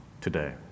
today